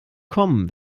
kommen